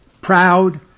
proud